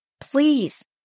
Please